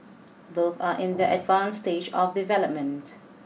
both are in their advanced stage of development